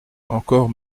encore